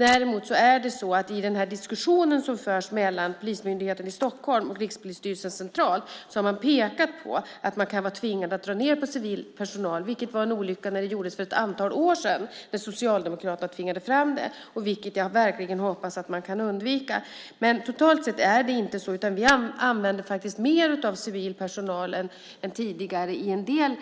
Däremot är det så att man i den diskussion som förs mellan Polismyndigheten i Stockholm och Rikspolisstyrelsen centralt har pekat på att man kan vara tvingad att dra ned på civil personal, vilket var en olycka när det gjordes för ett antal år sedan då Socialdemokraterna tvingade fram det, och jag hoppas verkligen att man kan undvika det. Men totalt sett är det inte så, utan vi använder mer civil personal än tidigare i en del